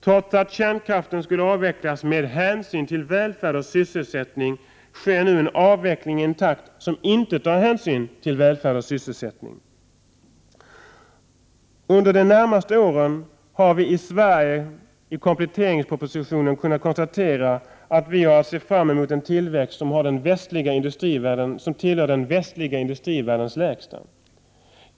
Trots att kärnkraften skulle avvecklas med hänsyn till välfärd och sysselsättning sker nu en avveckling i en takt som inte tar hänsyn till välfärd och sysselsättning. Under de närmaste åren har vi i Sverige, enligt kompletteringspropositionen, att se fram mot en tillväxt som tillhör den västliga industrivärldens lägsta.